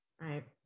right